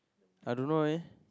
I don't know eh